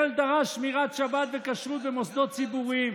ברל דרש שמירת שבת וכשרות במוסדות ציבוריים,